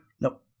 Nope